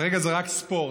כרגע זה רק ספורט,